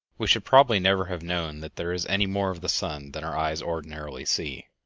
we should probably never have known that there is any more of the sun than our eyes ordinarily see.